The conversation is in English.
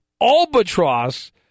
albatross